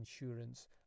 insurance